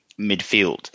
midfield